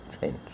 change